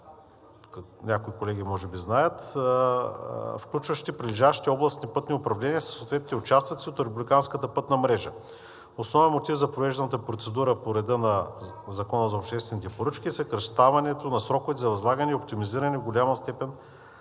– някои колеги може би знаят, включващи прилежащите областни пътни управления със съответните участъци от републиканската пътна мрежа. Основен мотив за провежданата процедура по реда на Закона за обществените поръчки е съкращаването на сроковете за възлагане и оптимизиране в голяма степен